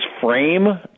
frame